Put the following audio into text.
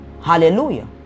Hallelujah